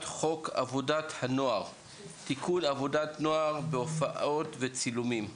חוק עבודת הנוער (תיקון עבודת נוער בהופעות וצילומים).